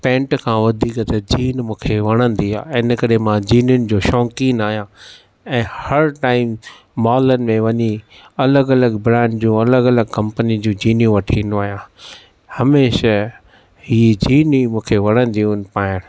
paint खां वधीक त जीन मूंखे वणंदी आहे हिन करे मां जीनियुनि जो शौक़ीन आहियां ऐं हर टाइम मॉलनि में वञी अलॻि अलॻि ब्रैंड जूं अलॻि अलॻि कम्पनी जूं जीनियूं वठी ईंदो आहियां हमेशा ही जीन ई मूंखे वणंदियूं आहिनि पाइणु